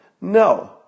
No